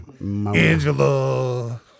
Angela